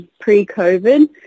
pre-COVID